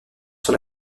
sur